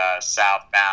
Southbound